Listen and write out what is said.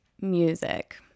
music